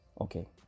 Okay